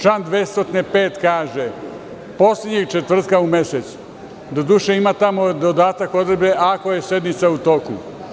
Član 205. kaže – Poslednjeg četvrtka u mesecu, doduše ima tamo dodatak odredbe – ako je sednica u toku.